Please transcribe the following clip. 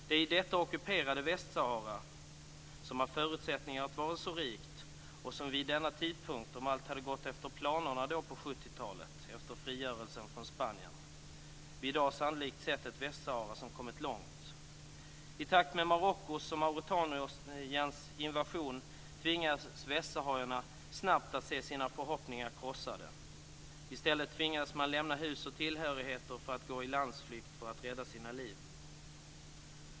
Det är i detta ockuperade Västsahara, som har förutsättningar att vara så rikt och som vid denna tidpunkt - om allt hade gått enligt planerna på 70-talet efter frigörelsen från Spanien - sannolikt hade kommit långt. I takt med Marockos och Mauretaniens invasion tvingas västsaharierna snabbt att se sina förhoppningar krossade. I stället tvingas man lämna hus och tillhörigheter för att gå i landsflykt för att rädda sina liv.